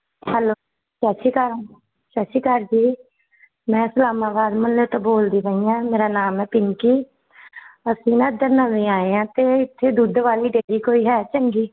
hello ਸਤਿ ਸ਼੍ਰੀ ਅਕਾਲ ਸਤਿ ਸ਼੍ਰੀ ਅਕਾਲ ਜੀ ਮੈਂ ਇਸਲਾਮਾਬਾਦ ਮੁਹੱਲੇ ਤੋਂ ਬੋਲਦੀ ਪਈ ਹਾਂ ਮੇਰਾ ਨਾਮ ਹੈ ਪਿੰਕੀ ਅਸੀਂ ਨਾ ਇੱਧਰ ਨਵੇਂ ਆਏ ਹਾਂ ਅਤੇ ਇੱਥੇ ਦੁੱਧ ਵਾਲੀ ਡੇਅਰੀ ਕੋਈ ਹੈ ਚੰਗੀ